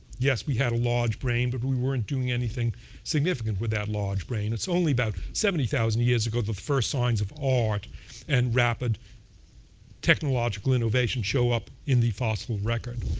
yes, we had a large brain. but we weren't doing anything significant with that large brain. it's only that seventy thousand years ago the first signs of art and rapid technological innovation show up in the fossil record.